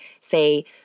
say